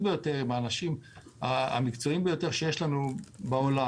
ביותר עם האנשים המקצועיים ביותר שיש לנו בעולם,